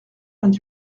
vingt